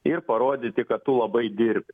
ir parodyti kad tu labai dirbi